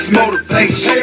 motivation